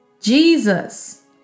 Jesus